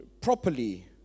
properly